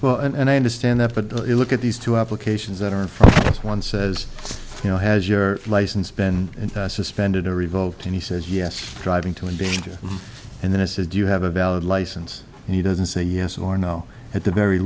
well and i understand that but look at these two applications that are this one says you know has your license been suspended or revoked and he says yes driving to endanger and then i said do you have a valid license and he doesn't say yes or no at the very